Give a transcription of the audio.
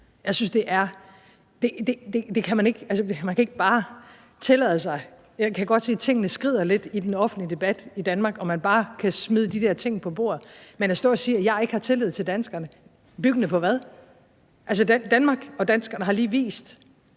siddende på mig – at jeg ikke har tillid til danskerne. Jeg kan godt se, at tingene skrider lidt i den offentlige debat i Danmark, og at man bare kan smide de her ting på bordet. Men at stå og sige, at jeg ikke har tillid til danskerne – byggende på hvad? Altså, Danmark og danskerne har lige vist